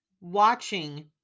watching